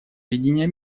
видения